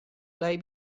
lay